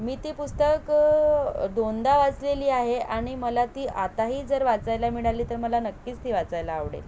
मी ती पुस्तक दोनदा वाचलेली आहे आणि मला ती आताही जर वाचायला मिळाली तर मला नक्कीच ती वाचायला आवडेल